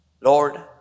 Lord